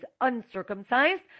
uncircumcised